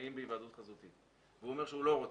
שנשמעים בהיוועדות חזותית והוא אומר שהוא לא רוצה,